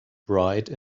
bride